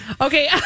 Okay